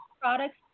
products